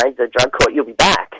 like the drug court you'll be back'